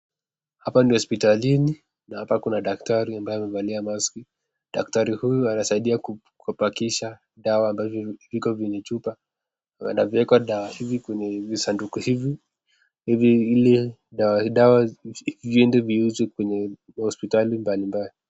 Hapa ni hospitalini, na hapa kuna daktari aliyevalia maski, daktari huyu anasaidia katika kupakisha dawa ambayo iko kwenye chupa anaviweke dawa hizi kwenye visanduku hivi ili ziende ziuzwe kwenye hospitali mbalimbali.